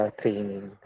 training